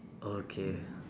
okay